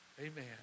Amen